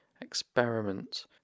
experiment